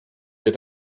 wir